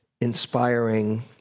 inspiring